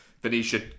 Venetia